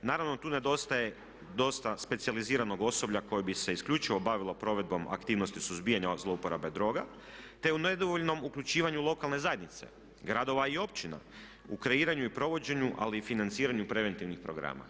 Naravno tu nedostaje dosta specijaliziranog osoblja koje bi se isključivo bavilo provedbom aktivnosti suzbijanja zlouporabe droga te u nedovoljnom uključivanju lokalne zajednice, gradova i općina u kreiranju i provođenju ali i financiranju preventivnih programa.